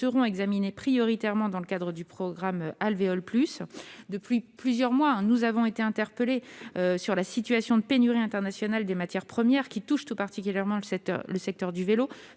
seront examinés prioritairement dans le cadre du programme Alvéole+. Depuis plusieurs mois, nous avons été alertés sur la situation de pénurie internationale des matières premières touchant tout particulièrement le secteur du vélo,